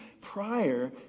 prior